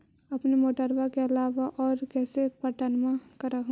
अपने मोटरबा के अलाबा और कैसे पट्टनमा कर हू?